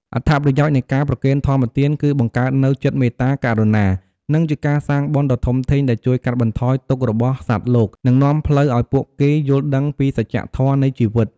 អត្ថប្រយោជន៍ នៃការប្រគេនធម្មទានគឺបង្កើតនូវចិត្តមេត្តា ករុណា និងជាការសាងបុណ្យដ៏ធំធេងដែលជួយកាត់បន្ថយទុក្ខរបស់សត្វលោក និងនាំផ្លូវឲ្យពួកគេយល់ដឹងពីសច្ចធម៌នៃជីវិត។